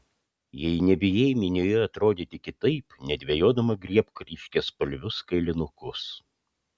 jei nebijai minioje atrodyti kitaip nedvejodama griebk ryškiaspalvius kailinukus